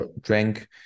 drank